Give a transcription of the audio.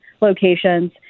locations